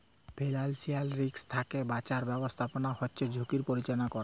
financial risk থ্যাকে বাঁচার ব্যাবস্থাপনা হচ্যে ঝুঁকির পরিচাললা ক্যরে